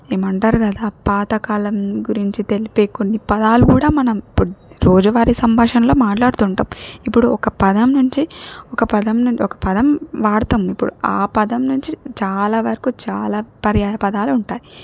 ఏమంటారు కదా పాతకాలం గురించి తెలిపే కొన్ని పదాలు కూడా మనం ఇప్ రోజువారి సంభాషణలో మాట్లాడుతుంటాం ఇప్పుడు ఒక పదం నుంచి ఒక పదం నుం ఒక పదం వాడతాం ఇప్పుడు ఆ పదం నుంచి చాలా వరకు చాలా పర్యాయ పదాలు ఉంటాయి